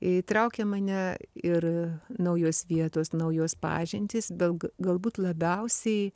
įtraukė mane ir naujos vietos naujos pažintys belg galbūt labiausiai